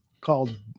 called